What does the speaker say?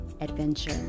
adventure